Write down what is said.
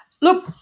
Look